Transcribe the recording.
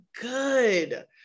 good